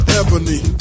ebony